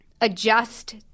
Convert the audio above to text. adjust